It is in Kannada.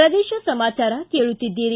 ಪ್ರದೇಶ ಸಮಾಚಾರ ಕೇಳುತ್ತೀದ್ದಿರಿ